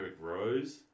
Rose